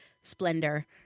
splendor